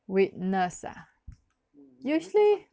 witness ah usually